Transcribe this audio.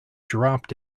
dropped